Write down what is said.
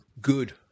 good